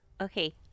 Okay